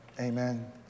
Amen